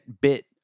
bit